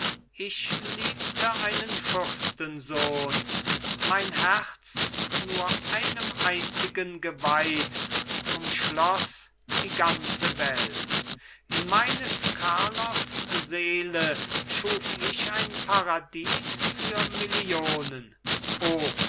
ich liebte einen fürstensohn mein herz nur einem einzigen geweiht umschloß die ganze welt in meines carlos seele schuf ich ein paradies für millionen o